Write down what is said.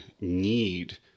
need